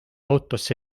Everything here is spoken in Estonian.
autosse